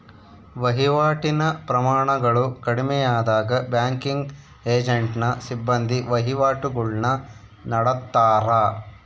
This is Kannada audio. ವಹಿವಾಟಿನ ಪ್ರಮಾಣಗಳು ಕಡಿಮೆಯಾದಾಗ ಬ್ಯಾಂಕಿಂಗ್ ಏಜೆಂಟ್ನ ಸಿಬ್ಬಂದಿ ವಹಿವಾಟುಗುಳ್ನ ನಡತ್ತಾರ